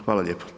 Hvala.